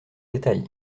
détails